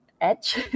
edge